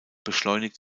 beschleunigt